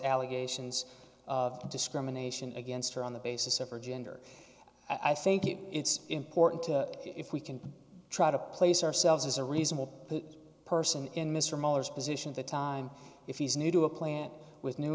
allegations of discrimination against her on the basis of her gender i think it's important to if we can try to place ourselves as a reasonable person in mr miller's position that time if he's new to a plant with new